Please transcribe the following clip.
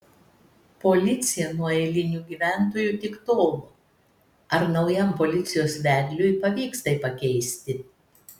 policija nuo eilinių gyventojų tik tolo ar naujam policijos vedliui pavyks tai pakeisti